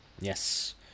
Yes